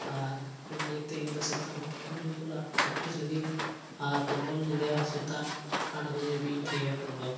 ᱟᱨ ᱚᱱᱟ ᱤᱭᱟᱹᱛᱮ ᱤᱧ ᱫᱚ ᱥᱮᱛᱟᱜ ᱦᱚᱸ ᱴᱟᱹᱰᱤᱧ ᱪᱟᱞᱟᱜᱼᱟ ᱯᱨᱮᱠᱴᱤᱥ ᱞᱟᱹᱜᱤᱫ ᱟᱨ ᱯᱷᱩᱴᱵᱚᱞ ᱤᱧ ᱤᱫᱤᱭᱟ ᱥᱮᱛᱟᱜ ᱟᱴ ᱵᱟᱡᱮ ᱦᱟᱹᱵᱤᱡ ᱤᱧ ᱛᱷᱤᱭᱟᱹᱭᱟ ᱯᱷᱩᱴᱵᱚᱞ